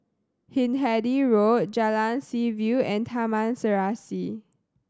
Hindhede Road Jalan Seaview and Taman Serasi